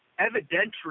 evidentiary